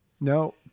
No